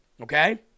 Okay